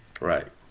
Right